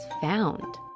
found